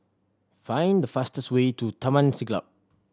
find the fastest way to Taman Siglap